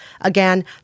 Again